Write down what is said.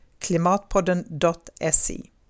klimatpodden.se